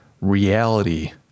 reality